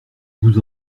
vous